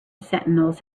sentinels